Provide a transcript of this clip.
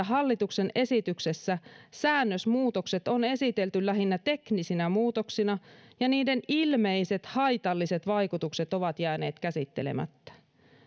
hallituksen esityksessä säännösmuutokset on esitelty lähinnä teknisinä muutoksina ja niiden ilmeiset haitalliset vaikutukset ovat jääneet käsittelemättä